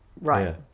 Right